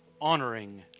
honoring